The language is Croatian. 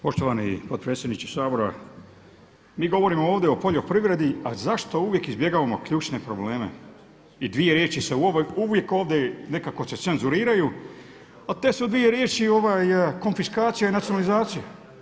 Poštovani potpredsjedniče Sabora, mi govorimo ovdje o poljoprivredi, a zašto uvijek izbjegavamo ključne probleme i dvije riječi se uvijek ovdje nekako se cenzuriraju, a te su dvije riječi konfiskacija i nacionalizacija.